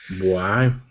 Wow